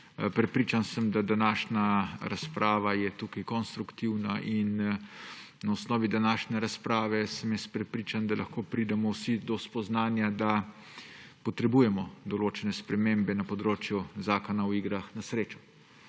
Prepričan sem, da je današnja razprava konstruktivna, in na osnovi današnje razprave sem prepričan, da lahko pridemo vsi do spoznanja, da potrebujemo določene spremembe na področju Zakona o igrah na srečo.